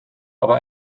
aber